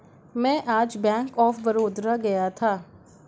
मैं आज bank of Baroda गया था